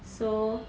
so